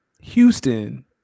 Houston